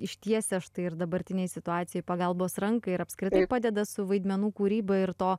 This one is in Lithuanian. ištiesia štai ir dabartinėj situacijoj pagalbos ranką ir apskritai padeda su vaidmenų kūryba ir to